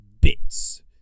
bits